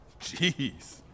Jeez